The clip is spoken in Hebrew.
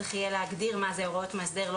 צריך יהיה להגדיר מה זה הוראות מאסדר לא